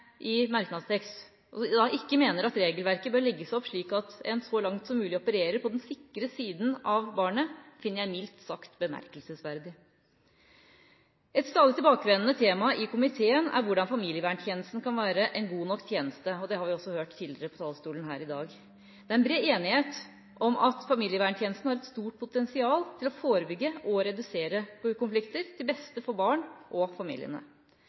regelverket bør legges opp slik at en så langt som mulig opererer på den sikre siden på vegne av barnet, finner jeg mildt sagt bemerkelsesverdig. Et stadig tilbakevendende tema i komiteen er hvordan familieverntjenesten kan være en god nok tjeneste, og det har vi også hørt tidligere fra talerstolen her i dag. Det er bred enighet om at familieverntjenesten har et stort potensial til å forebygge og redusere konflikter til beste for barn og